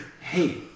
hey